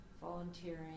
volunteering